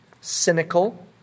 cynical